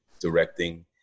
directing